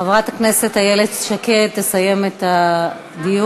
חברת הכנסת איילת שקד תסכם את הדיון.